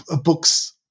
books